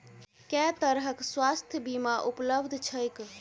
केँ तरहक स्वास्थ्य बीमा उपलब्ध छैक?